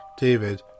David